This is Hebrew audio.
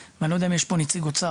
- ואני לא יודע אם יש פה נציג אוצר,